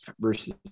versus